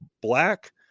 black